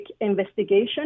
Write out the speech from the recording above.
investigation